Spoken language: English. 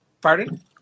Pardon